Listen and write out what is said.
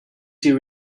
she